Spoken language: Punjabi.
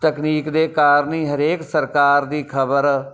ਤਕਨੀਕ ਦੇ ਕਾਰਨ ਹੀ ਹਰੇਕ ਸਰਕਾਰ ਦੀ ਖਬਰ